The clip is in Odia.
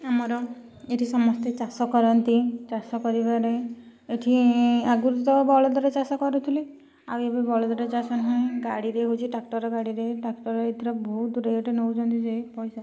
ଆମର ଏଇଠି ସମସ୍ତେ ଚାଷ କରନ୍ତି ଚାଷ କରିବାରେ ଏଇଠି ଆଗୁରୁ ତ ବଳଦରେ ଚାଷ କରୁଥୁଲେ ଆଉ ଏବେ ବଳଦଟା ଚାଷ ନାହିଁ ଗାଡ଼ିରେ ହଉଛି ଟ୍ରାକ୍ଟର ଗାଡ଼ିରେ ଟ୍ରାକ୍ଟର ଏଥର ଭଉତୁ ରେଟ ନଉଛନ୍ତି ଯେ ପଇସା